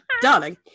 Darling